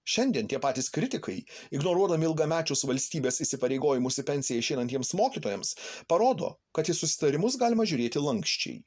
šiandien tie patys kritikai ignoruodami ilgamečius valstybės įsipareigojimus į pensiją išeinantiems mokytojams parodo kad į susitarimus galima žiūrėti lanksčiai